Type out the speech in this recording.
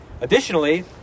Additionally